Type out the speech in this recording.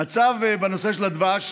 צו בנושא של הדבש,